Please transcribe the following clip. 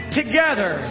together